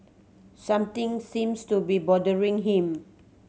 something seems to be bothering him